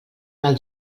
del